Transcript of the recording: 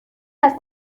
است